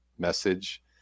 message